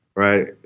right